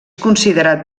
considerat